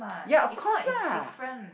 ya of course lah